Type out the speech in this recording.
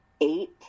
eight